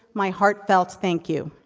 my heartfelt thank you.